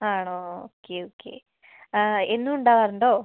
ആണോ okay okay എന്നും ഉണ്ടാവാറുണ്ടോ